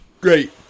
great